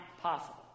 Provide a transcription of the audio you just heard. possible